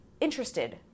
interested